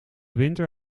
winter